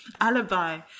alibi